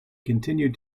continued